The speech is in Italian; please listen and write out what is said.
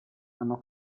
hanno